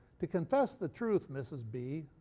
to confess the truth mrs. b,